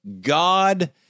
God